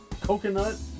coconut